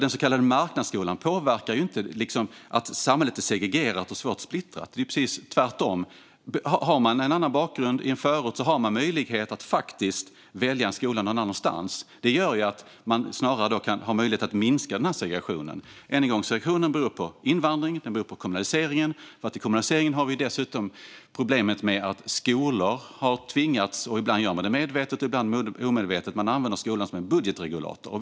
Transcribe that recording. Den så kallade marknadsskolan påverkar inte att samhället är segregerat och svårt splittrat. Det är precis tvärtom. Har man en annan bakgrund i en förort finns faktiskt en möjlighet att välja en skola någon annanstans. Det gör att man snarare kan minska segregationen. Segregationen beror på invandringen och kommunaliseringen. I kommunaliseringen finns också problemet med att skolor har tvingats - ibland medvetet, ibland omedvetet - fungera som budgetregulatorer.